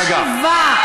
השיבה,